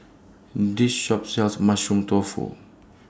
This Shop sells Mushroom Tofu